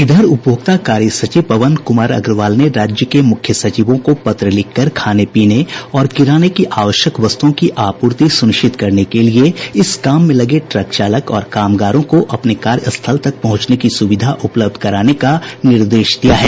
इधर उपभोक्ता कार्य सचिव पवन कुमार अग्रवाल ने राज्य के मुख्य सचिवों को पत्र लिखकर खाने पीने और किराने की आवश्यक वस्तुओं की आपूर्ति सुनिश्चित करने के लिए इस काम लगे ट्रक चालक और कामगारों को अपने कार्य स्थल तक पहंचने की सुविधा उपलब्ध कराने का निर्देश दिया है